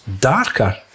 darker